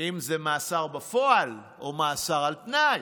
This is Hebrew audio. אם זה מאסר בפועל או מאסר על-תנאי,